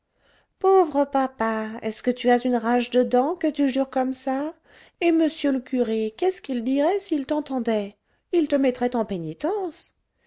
pauvre papa est-ce que tu as une rage de dents que tu jures comme ça et m le curé qu'est-ce qu'il dirait s'il t'entendait il te mettrait en pénitence